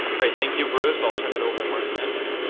great, thank you bruce, i'll turn it over to martin next.